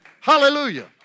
Hallelujah